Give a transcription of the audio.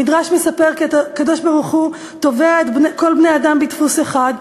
המדרש מספר כי הקדוש-ברוך-הוא טובע את כל בני-האדם בדפוס אחד,